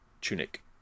tunic